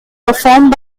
performed